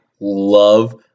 love